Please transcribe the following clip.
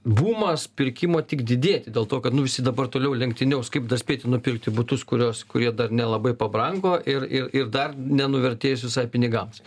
bumas pirkimo tik didėti dėl to kad nu visi dabar toliau lenktyniaus kaip dar spėti nupirkti butus kuriuos kurie dar nelabai pabrango ir ir ir dar nenuvertėjus visai pinigams